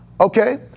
Okay